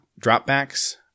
dropbacks